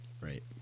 Right